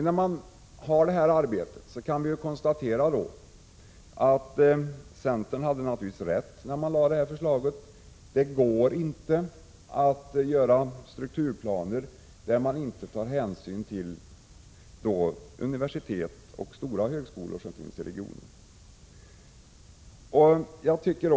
När nu planerna föreligger kan vi konstatera att centern naturligtvis hade rätt när förslaget lades fram. Det går inte att göra strukturplaner, där man inte tar hänsyn till universitet och stora högskolor i regionen.